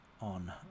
on